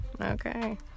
Okay